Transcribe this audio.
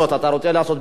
אתה רוצה לעשות דיאלוג?